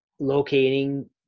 Locating